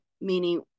meaning